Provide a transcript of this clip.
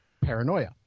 paranoia